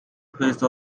face